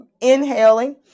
inhaling